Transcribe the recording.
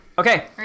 Okay